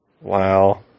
Wow